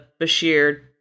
Bashir